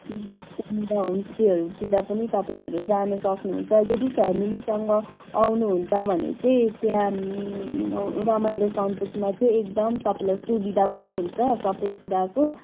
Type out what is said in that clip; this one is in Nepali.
त्यहाँनिर होमस्टेहरूतिर पनि तपाईँहरू जान सक्नुहुन्छ यदि फेमिलीसँग आउनुहुन्छ भने चाहिँ त्यहाँ रमाइलो सन्तुकमा चाहिँ एकदम तपालाईँ सुविधा पनि हुन्छ सबै कुराको